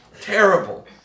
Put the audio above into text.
terrible